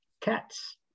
cats